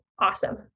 awesome